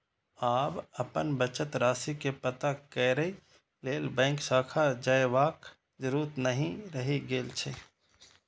आब अपन बचत राशि के पता करै लेल बैंक शाखा जयबाक जरूरत नै रहि गेल छै